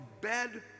bed